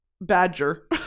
Badger